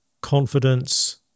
confidence